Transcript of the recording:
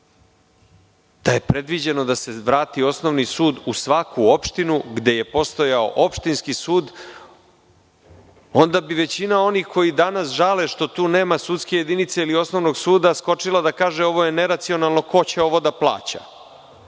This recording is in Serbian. Da je predviđeno da se vrati osnovni sud u svaku opštinu gde je postojao opštinski sud, onda bi većina onih koji danas žale što tu nema sudske jedinice ili osnovnog suda skočila da kaže ovo je neracionalno, ko će ovo da plaća.